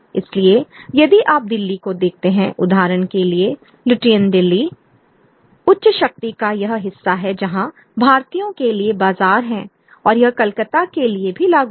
इसलिए यदि आप दिल्ली को देखते हैं उदाहरण के लिए लुटियन दिल्ली उच्च शक्ति का वह हिस्सा है जहां भारतीयों के लिए बाज़ार हैं और यह कलकत्ता के लिए भी लागू था